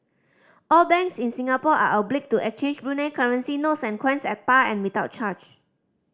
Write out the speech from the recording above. all banks in Singapore are obliged to exchange Brunei currency notes and coins at par and without charge